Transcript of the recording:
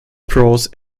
prose